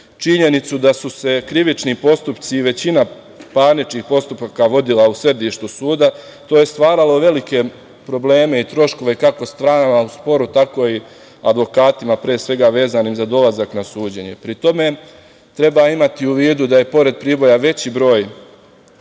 činjenicu da su se krivični postupci i većina parničnih postupaka vodila u sedištu suda, to je stvaralo velike probleme i troškove, kako stranama u sporu, tako i advokatima vezanim za dolazak na suđenje. Pri tome treba imati u vidu da je pored Priboja veći broj